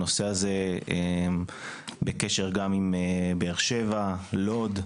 הנושא הזה בקשר גם עם באר שבע, לוד,